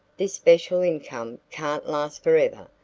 this special income can't last forever.